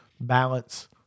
Balance